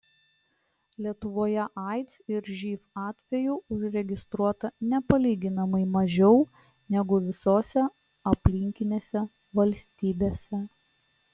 lietuvoje aids ir živ atvejų užregistruota nepalyginamai mažiau negu visose aplinkinėse valstybėse